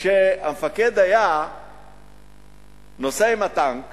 כשהמפקד היה נוסע עם הטנק